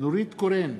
נורית קורן,